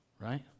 Right